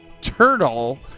turtle